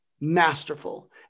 masterful